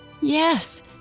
Yes